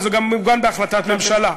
אבל זה גם עוגן בהחלטת ממשלה.